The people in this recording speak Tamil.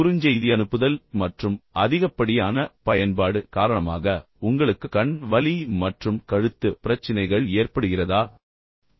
குறுஞ்செய்தி அனுப்புதல் மற்றும் அதிகப்படியான பயன்பாடு காரணமாக உங்களுக்கு கண் வலி மற்றும் கழுத்து பிரச்சினைகள் ஏற்படுகிறதா அதைப் பற்றி நீங்கள் கவலைப்படுவதில்லை